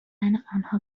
آنها